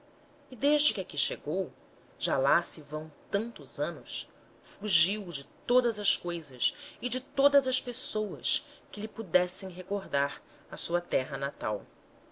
e desde que aqui chegou já lá se vão tantos anos fugiu de todas as coisas e de todas as pessoas que lhe pudessem recordar a sua terra natal